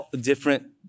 different